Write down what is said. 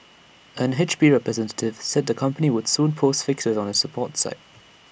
an H P representative said the company would soon post fixes on its support site